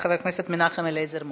חבר הכנסת מנחם אליעזר מוזס.